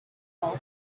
wolf